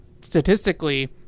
statistically